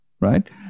Right